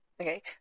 Okay